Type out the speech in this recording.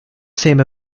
same